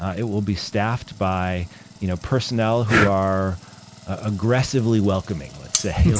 it will be staffed by you know personnel who are aggressively welcoming, let's say.